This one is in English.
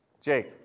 Jake